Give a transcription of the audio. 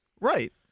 Right